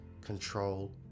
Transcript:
control